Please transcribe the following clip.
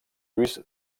lluís